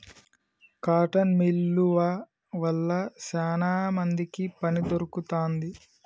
cotton మిల్లువ వల్ల శానా మందికి పని దొరుకుతాంది